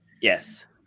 Yes